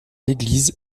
l’église